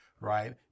right